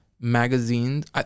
magazines